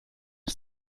ist